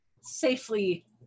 safely